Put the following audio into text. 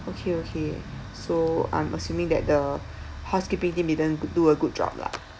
okay okay so I'm assuming that the housekeeping team didn't do a good job lah